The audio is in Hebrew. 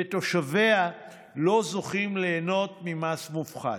ותושביה לא זוכים ליהנות ממס מופחת.